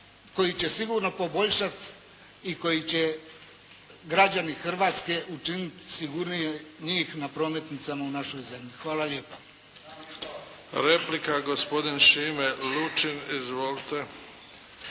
koji će sigurno poboljšati i koji će građani Hrvatske učiniti sigurnije njih na prometnicama u našoj zemlji. Hvala lijepa. **Bebić, Luka (HDZ)** Replika gospodin Šime Lučin. Izvolite.